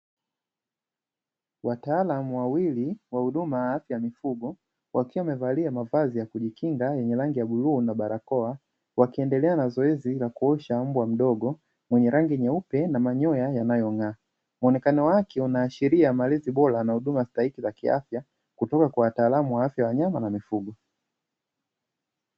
Wataalamu wawili wa huduma ya afya ya mifugo wakiwa wamevalia mavazi ya kujikinga yenye rangi ya bluu na barakoa, wakiendelea na zoezi la kuosha mbwa mdogo mwenye rangi nyeupe na manyoya yanayong'aa. Mwonekano wake unaashiria malezi bora na huduma stahiki za kiafya kutoka kwa wataalamu wa afya ya wanyama na mifugo.